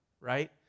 right